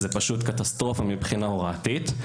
זה פשוט קטסטרופה מבחינה הוראתית.